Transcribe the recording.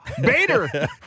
Bader